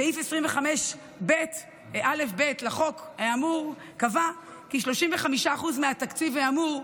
סעיף 25א(ב) לחוק האמור קבע כי 35% מהתקציב האמור,